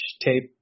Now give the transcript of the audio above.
tape